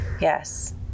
yes